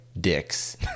dicks